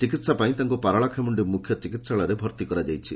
ଚିକିହା ପାଇଁ ତାଙ୍କୁ ପାରଳାଖେମୁଣ୍ଡି ମୁଖ୍ୟ ଚିକିହାଳୟରେ ଭର୍ତ୍ତି କରାଯାଇଛି